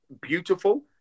beautiful